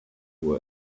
were